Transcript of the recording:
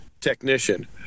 technician